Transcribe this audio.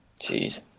Jeez